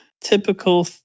Typical